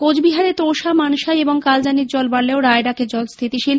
কোচবিহারে তোর্সা মানসাই এবং কালজানির জল বাড়লেও রায়ডাকের জল স্হিতিশীল